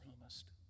promised